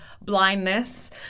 blindness